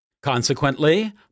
Consequently